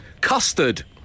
Custard